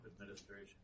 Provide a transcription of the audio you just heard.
administration